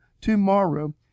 tomorrow